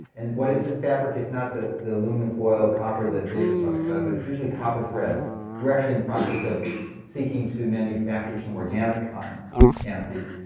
and what is this fabric? it's not the the aluminum foil, the copper that dave was talking about, but it's usually copper threads we're actually in the process of seeking to manufacture some organic cotton canopies,